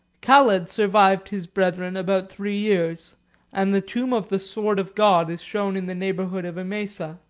caled survived his brethren about three years and the tomb of the sword of god is shown in the neighborhood of emesa.